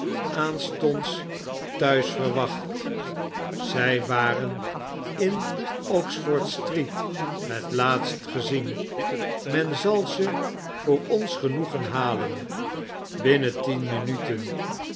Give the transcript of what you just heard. aanstonds t'huis verwacht zy waren in oxford street het laatst gezien men zal ze voor ons genoegen halen binnen tien minuten